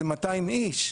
זה 200 איש,